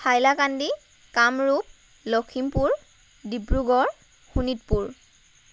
Hailakandi Kamrup Lakhimpur Dibrugarh Sonitpur